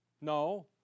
No